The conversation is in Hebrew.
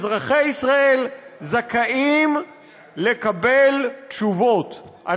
אזרחי ישראל זכאים לקבל תשובות.